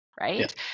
Right